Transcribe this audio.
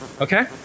okay